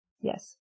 Yes